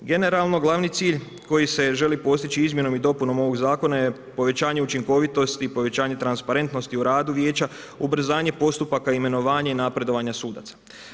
Generalno, glavni cilj koji se želi postići izmjenom i dopunom ovoga zakona je povećanje učinkovitosti i povećanje transparentnosti u radu Vijeća, ubrzanje postupaka imenovanja i napredovanje sudaca.